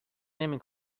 نمی